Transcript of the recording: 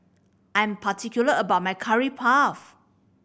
I am particular about my Curry Puff